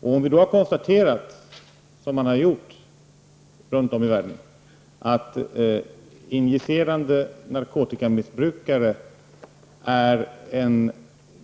Om vi då, som man har gjort runt om i världen, har konstaterat att injicerande narkotikamissbrukare utgör en